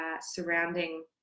surrounding